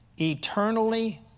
eternally